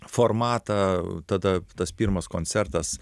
formatą tada tas pirmas koncertas